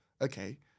Okay